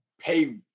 pay